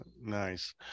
Nice